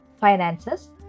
finances